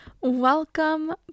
Welcome